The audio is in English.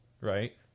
right